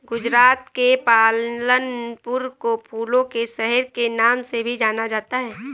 गुजरात के पालनपुर को फूलों के शहर के नाम से भी जाना जाता है